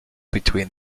between